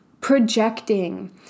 projecting